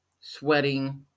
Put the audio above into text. sweating